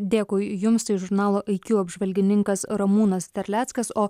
dėkui jums į žurnalo iq apžvalgininkas ramūnas terleckas o